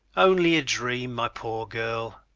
only a dream, my poor girl.